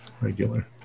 Regular